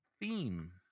theme